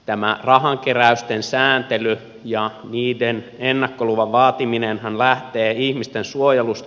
tämä rahankeräysten sääntely ja ennakkoluvan vaatiminenhan lähtee ihmisten suojelusta